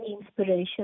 inspiration